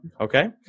okay